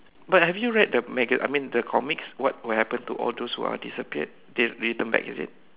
but have you read the maga~ I mean the comics what will happen to all those who are disappeared they return back is it